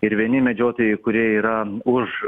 ir vieni medžiotojai kurie yra už